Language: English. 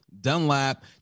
Dunlap